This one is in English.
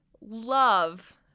love